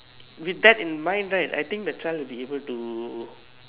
with that in mind right I think the child will be able to